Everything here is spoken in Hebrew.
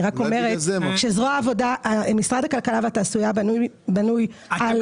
אני רק אומרת שמשרד הכלכלה והתעשייה בנוי -- אתם